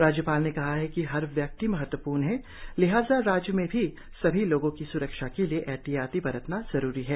राज्यपाल ने कहा है कि हर व्यक्ति महत्वपूर्ण है लिहाजा राज्य में भी सभी लोगों की स्रक्षा के लिए ऐहतियात बरतना जरुरी है